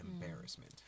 embarrassment